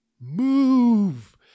move